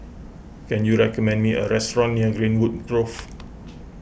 can you recommend me a restaurant near Greenwood Grove